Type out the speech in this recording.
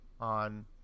on